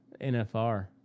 nfr